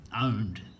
owned